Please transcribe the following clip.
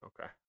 Okay